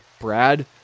brad